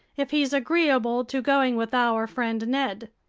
if he's agreeable to going with our friend ned.